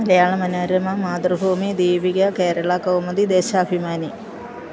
Malayala Manorama Mathrubhumi Deepika Kerala Kaumudi Deshabhimani